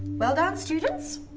well done, students,